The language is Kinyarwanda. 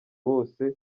wose